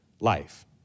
life